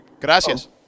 Gracias